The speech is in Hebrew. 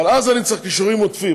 אבל אז אני צריך כישורים עודפים.